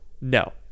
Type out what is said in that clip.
No